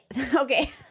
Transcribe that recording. okay